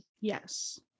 Yes